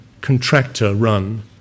contractor-run